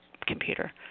computer